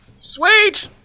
Sweet